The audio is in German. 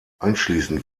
anschließend